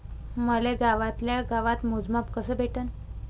मले गावातल्या गावात मोजमाप कस भेटन?